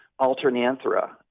Alternanthera